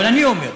אבל אני אומר,